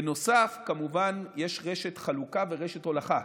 בנוסף, כמובן, יש רשת חלוקה ורשת הולכה.